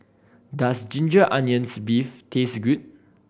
does ginger onions beef taste good